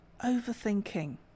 overthinking